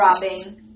dropping